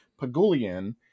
Pagulian